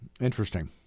Interesting